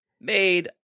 made